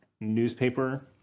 newspaper